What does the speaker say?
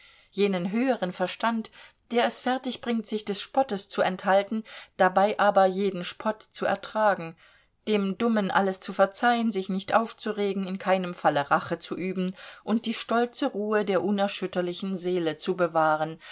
jenen höheren verstand der es fertigbringt sich des spottes zu enthalten dabei aber jeden spott zu ertragen dem dummen alles zu verzeihen sich nicht aufzuregen in keinem falle rache zu üben und die stolze ruhe der unerschütterlichen seele zu bewahren